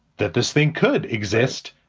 that this thing could exist,